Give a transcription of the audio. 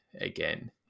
again